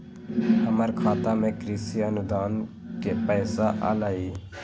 हमर खाता में कृषि अनुदान के पैसा अलई?